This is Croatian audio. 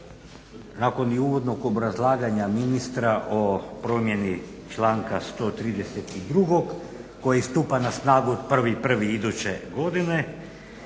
nakon i uvodnog obrazlaganja ministra o promjeni članka 132. koji stupa na snagu 1.01. iduće godine